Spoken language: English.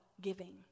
giving